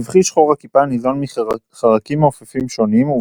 הסבכי שחור הכיפה ניזון מחרקים מעופפים שונים,